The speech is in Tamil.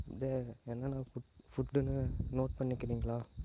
அப்டேயே அதை என்னென்ன ஃபுட் ஃபுட்டுன்னு நோட் பண்ணிக்கிறீங்களா